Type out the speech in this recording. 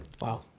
Wow